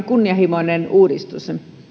kunnianhimoinen uudistus